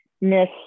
miss